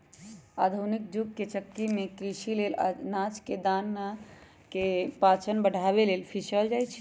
आधुनिक जुग के चक्की में कृषि लेल अनाज के दना के पाचन बढ़ाबे लेल पिसल जाई छै